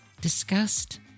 disgust